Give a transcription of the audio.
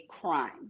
crime